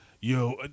Yo